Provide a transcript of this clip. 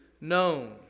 known